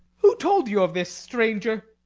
who told you of this stranger?